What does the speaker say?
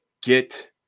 get –